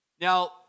now